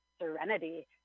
serenity